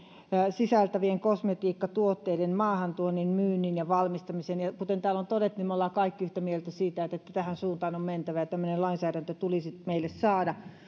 sisältävien kosmetiikkatuotteiden maahantuonnin myynnin ja valmistamisen ja kuten täällä on todettu niin me olemme kaikki yhtä mieltä siitä että tähän suuntaan on mentävä että tämmöinen lainsäädäntö tulisi meille saada